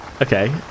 Okay